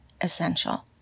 essential